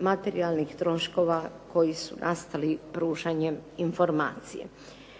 materijalnih troškova koji su nastali pružanjem informacije.